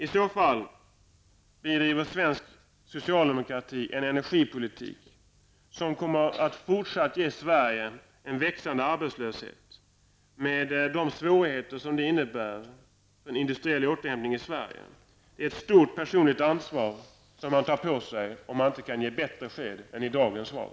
I så fall bedriver svensk socialdemokrati en energipolitik som kommer att ge Sverige en fortsatt växande arbetslöshet, med de svårigheter som det innebär för en industriell återhämtning i Sverige. Det är ett stort personligt ansvar som Rune Molin tar på sig om han inte kan ge bättre besked än i dagens svar.